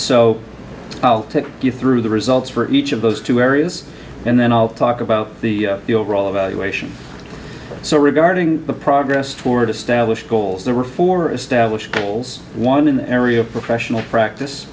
so i'll take you through the results for each of those two areas and then i'll talk about the overall evaluation so regarding the progress toward established goals there were four established goals one in the area of professional practice